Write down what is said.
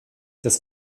des